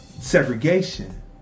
segregation